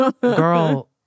girl